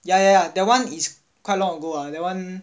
ya ya ya that [one] is quite long ago ah that [one]